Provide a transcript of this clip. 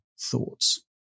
thoughts